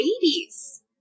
babies